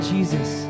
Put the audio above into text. Jesus